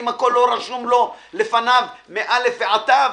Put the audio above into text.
אם הכול לא רשום לפניו מאל"ף ועד תי"ו?